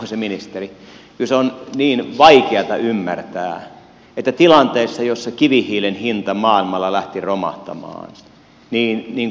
kyllä se on niin vaikeata ymmärtää miten reagoitiin tilanteessa jossa kivihiilen hinta maailmalla lähti romahtamaan